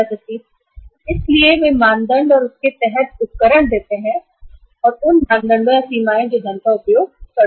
इसलिए वे मापदंड बनाते हैं और उन मापदंडों या सीमाओं के तहत धन का उपयोग कर सकते हैं